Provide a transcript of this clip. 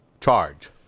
charge